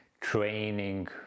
training